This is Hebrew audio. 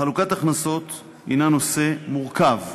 חלוקת הכנסות היא נושא מורכב,